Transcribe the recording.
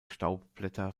staubblätter